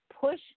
Push